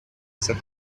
said